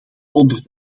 onder